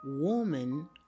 woman